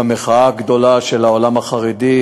במחאה הגדולה של העולם החרדי,